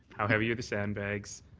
how heavy are the sandbags,